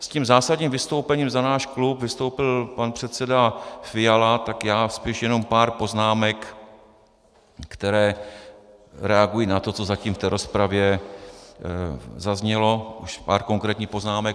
S tím zásadním vystoupením za náš klub vystoupil pan předseda Fiala, tak spíš jenom pár poznámek, které reagují na to, co zatím v rozpravě zaznělo, už pár konkrétních poznámek.